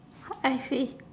I see